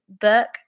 book